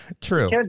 True